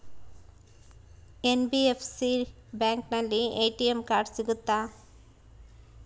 NBFC ಬ್ಯಾಂಕಿನಲ್ಲಿ ATM card ಸಿಗುತ್ತಾ?